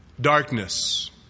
Darkness